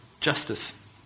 justice